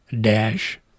dash